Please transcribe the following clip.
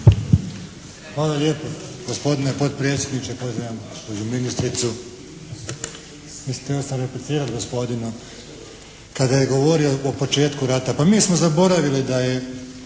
Hvala lijepo gospodine potpredsjedniče, pozdravljam gospođu ministricu. Mislim, htio sam replicirati gospodina kada je govorio o početku rata. Pa mi smo zaboravili da je